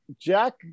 Jack